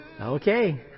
Okay